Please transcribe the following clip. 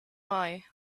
why